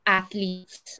athletes